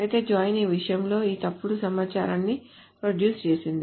అయితే జాయిన్ ఈ విషయంలో ఈ తప్పుడు సమాచారాన్ని ప్రొడ్యూస్ చేసింది